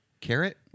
Carrot